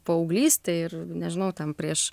paauglystėj ir nežinau ten prieš